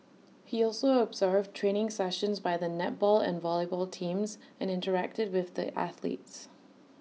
he also observed training sessions by the netball and volleyball teams and interacted with the athletes